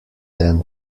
then